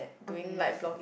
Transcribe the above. okay